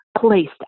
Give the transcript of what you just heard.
placed